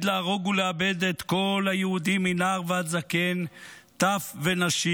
לַהֲרֹג ולאבד את כל היהודים מנער ועד זקן טף ונשים",